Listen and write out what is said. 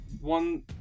one